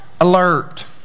alert